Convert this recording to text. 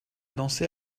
danser